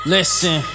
Listen